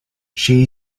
she